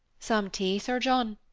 some tea, sir john?